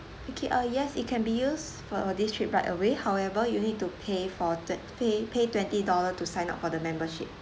okay uh yes it can be used for this trip right away however you need to pay for third pay pay twenty dollar to sign up for the membership